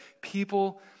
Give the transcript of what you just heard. people